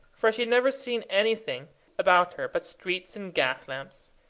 for she had never seen anything about her but streets and gas-lamps.